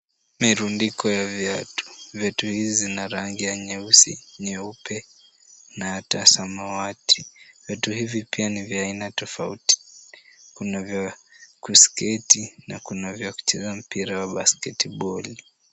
Mirundiko ya viatu. Viatu hizi zina rangi ya nyeusi, nyeupe na hata samawati. Viatu hivi pia ni vya aina tofauti. Kuna vya kusketi na kuna vya kucheza mpira wa basktetiboli .